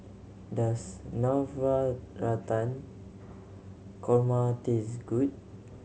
does Navratan Korma taste good